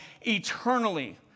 eternally